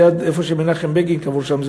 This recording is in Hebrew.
ליד קברו של מנחם בגין,